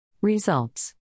Results